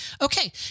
Okay